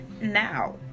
Now